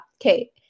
okay